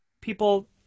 people